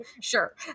sure